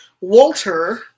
Walter